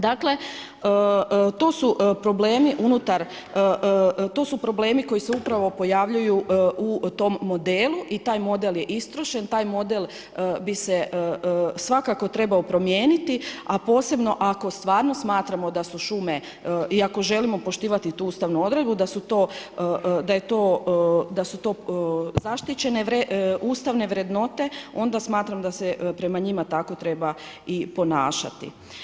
Dakle, to su problemi unutar, to su problemi koji se upravo pojavljuju u tom modelu i taj model je istrošen, taj model bi se svakako trebao promijeniti, a posebno ako stvarno smatramo da su šume, i ako želimo poštivati tu ustavnu odredbu, da su to zaštićene ustavne vrednote, onda smatra da se prema njima treba tako i ponašati.